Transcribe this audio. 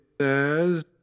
says